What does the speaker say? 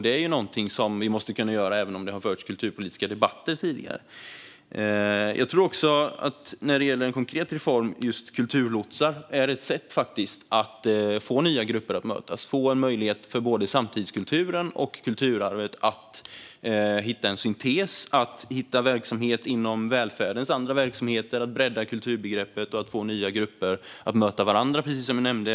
Det är något som vi måste kunna göra även om det har förts kulturpolitiska debatter tidigare. När det gäller den konkreta reformen om kulturlotsar är det ett sätt att få nya grupper att mötas, att få möjlighet för samtidskulturen och kulturarvet att hitta en syntes, att hitta verksamhet inom välfärdens alla verksamheter, att bredda kulturbegreppet och att få nya grupper att möta varandra, precis som du nämnde.